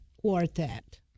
Quartet